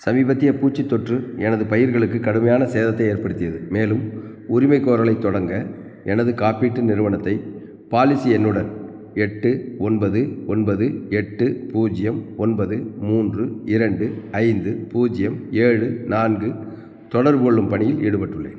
சமீபத்திய பூச்சித் தொற்று எனது பயிர்களுக்கு கடுமையான சேதத்தை ஏற்படுத்தியது மேலும் உரிமைக்கோரலை தொடங்க எனது காப்பீட்டு நிறுவனத்தை பாலிசி எண்ணுடன் எட்டு ஒன்பது ஒன்பது எட்டு பூஜ்யம் ஒன்பது மூன்று இரண்டு ஐந்து பூஜ்யம் ஏழு நான்கு தொடர்பு கொள்ளும் பணியில் ஈடுபட்டுள்ளேன்